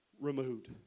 removed